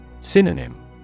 Synonym